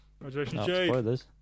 congratulations